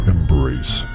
Embrace